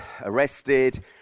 arrested